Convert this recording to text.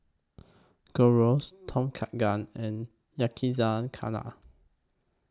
Gyros Tom Kha Gai and Yakizakana